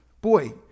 boy